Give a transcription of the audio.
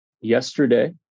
yesterday